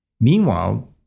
Meanwhile